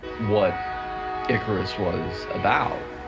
what icarus was about,